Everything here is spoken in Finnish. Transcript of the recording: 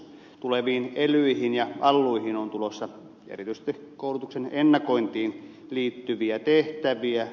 tuleviin elyihin ja alluihin on tulossa erityisesti koulutuksen ennakointiin liittyviä tehtäviä